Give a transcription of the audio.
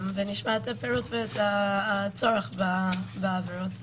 ונשמע את הפירוט ואת הצורך בעבירות המוצעות.